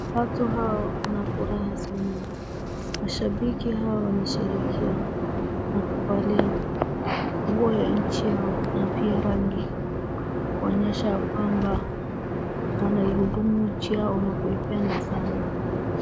Watu hao wako na furaha sana. Mashabiki hao wanasherehekea na kuvalia nguo ya nchi yao na pia rangi kuonyesha ya kwamba wanaihudumu nchi yao na kuipenda sana.